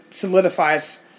solidifies